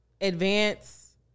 advance